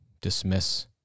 dismiss